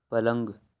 پلنگ